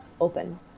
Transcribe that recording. open